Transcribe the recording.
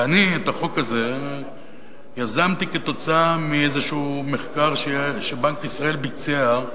ואני את החוק הזה יזמתי כתוצאה מאיזשהו מחקר שבנק ישראל ביצע,